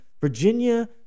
Virginia